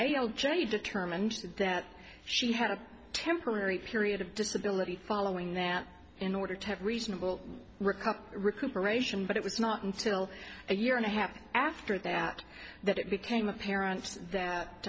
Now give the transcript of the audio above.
jury determined that she had a temporary period of disability following that in order to have reasonable recovery recuperation but it was not until a year and a half after that that it became apparent that